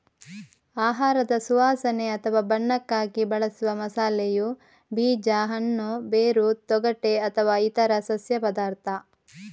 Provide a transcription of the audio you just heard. ಆಹಾರದ ಸುವಾಸನೆ ಅಥವಾ ಬಣ್ಣಕ್ಕಾಗಿ ಬಳಸುವ ಮಸಾಲೆಯು ಬೀಜ, ಹಣ್ಣು, ಬೇರು, ತೊಗಟೆ ಅಥವಾ ಇತರ ಸಸ್ಯ ಪದಾರ್ಥ